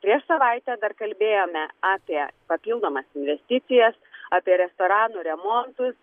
prieš savaitę dar kalbėjome apie papildomas investicijas apie restoranų remontus